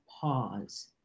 pause